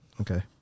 Okay